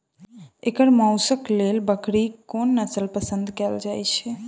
एकर मौशक लेल बकरीक कोन नसल पसंद कैल जाइ छै?